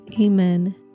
Amen